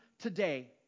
today